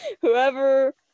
Whoever